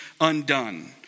undone